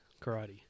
Karate